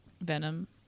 Venom